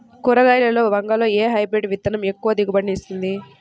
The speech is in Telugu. కూరగాయలలో వంగలో ఏ హైబ్రిడ్ విత్తనం ఎక్కువ దిగుబడిని ఇస్తుంది?